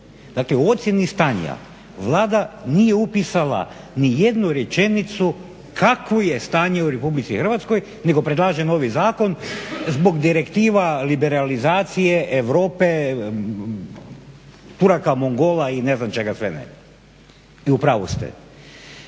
Dakle, u ocjeni stanja Vlada nije upisala nijednu rečenicu kakvo je stanje u Republici Hrvatskoj nego predlaže novi zakon zbog direktiva, liberalizacije Europe, Turaka, Mongola i ne znam čega sve ne, i u pravu ste.